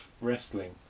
Wrestling